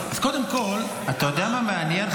אז קודם כול --- אתה יודע מה מעניין,